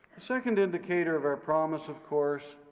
second indicator of our promise, of course,